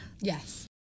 yes